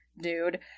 dude